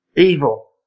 Evil